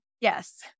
Yes